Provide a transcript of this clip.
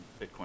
Bitcoin